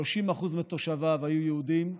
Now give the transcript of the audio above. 30% מתושביו היו יהודים,